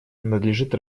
надлежит